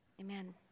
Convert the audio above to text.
Amen